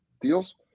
deals